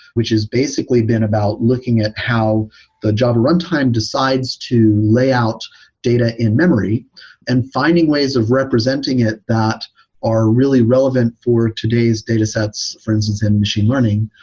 which is basically been about looking at how the java runtime decides to lay out data in memory and finding ways of representing it that are really relevant for today's datasets, for instance, in machine learning,